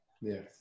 Yes